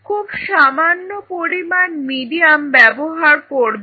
তুমি খুব সামান্য পরিমাণ মিডিয়াম ব্যবহার করবে